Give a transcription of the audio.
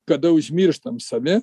kada užmirštam save